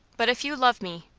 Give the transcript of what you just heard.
but if you love me,